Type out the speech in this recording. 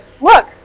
look